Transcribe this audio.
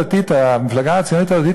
המפלגה הציונית הדתית,